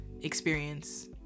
experience